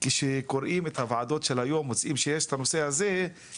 כשקוראים את הוועדות של היום ורואים שיש את הנושא הזה,